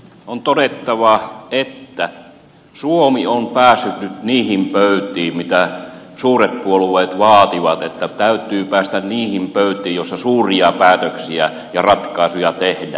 on todettava että suomi on päässyt nyt niihin pöytiin mitä suuret puolueet vaativat että täytyy päästä niihin pöytiin joissa suuria päätöksiä ja ratkaisuja tehdään